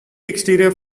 exterior